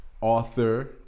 author